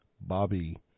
Bobby